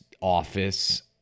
office